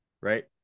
right